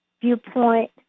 viewpoint